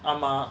ஆமா:aama